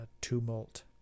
tumult